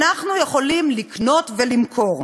אנחנו יכולים לקנות ולמכור.